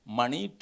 money